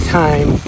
time